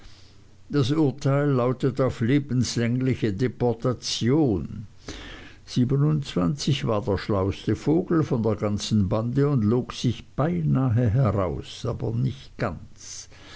das urteil lautet auf lebenslängliche deportation war der schlauste vogel von der ganzen bande und log sich beinah heraus aber nicht ganz